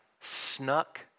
snuck